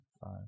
five